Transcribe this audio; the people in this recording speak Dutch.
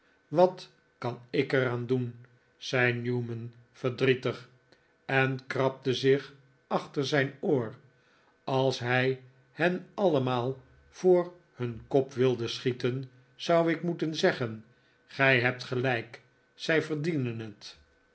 wat kan ik er aan doen zei newman verdrietig en krabde zich achter zijn oor als hij hen allemaal voor hun kop wilde schieten zou ik moeten zeggen gij hebt gelijk zij verdienen het